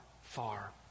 far